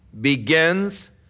begins